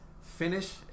finish